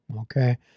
Okay